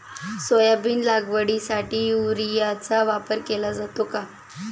Soybean लागवडीसाठी युरियाचा वापर केला जातो का?